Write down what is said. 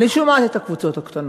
אני שומעת את הקבוצות הקטנות.